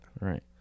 Right